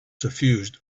suffused